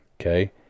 Okay